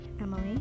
Emily